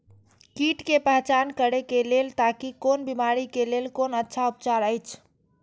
कीट के पहचान करे के लेल ताकि कोन बिमारी के लेल कोन अच्छा उपचार अछि?